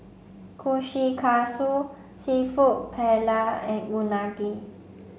Kushikatsu Seafood Paella and Unagi